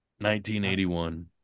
1981